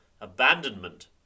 abandonment